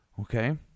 Okay